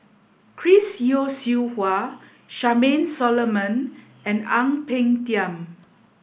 Chris Yeo Siew Hua Charmaine Solomon and Ang Peng Tiam